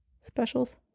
Specials